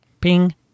ping